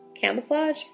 camouflage